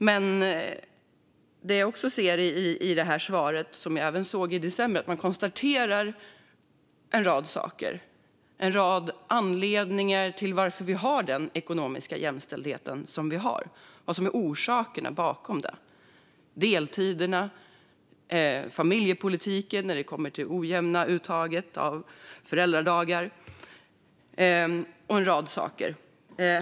Både nu och i december hörde jag statsrådet konstatera en rad saker - en rad anledningar till att vi har den brist på ekonomisk jämställdhet som vi har. Det handlar om vad som är orsakerna till den: deltiderna, familjepolitiken när det kommer till det ojämna uttaget av föräldradagar och en rad andra saker.